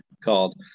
called